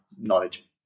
knowledge